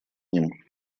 ним